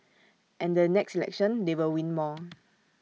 and the next election they will win more